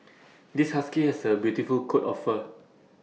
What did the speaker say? this husky has A beautiful coat of fur